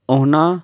ਉਹਨਾਂ